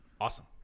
Awesome